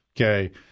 Okay